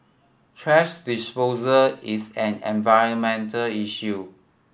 thrash disposal is an environmental issue